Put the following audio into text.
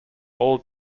all